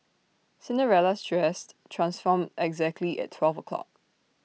Cinderella's dress transformed exactly at twelve o'clock